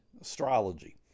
astrology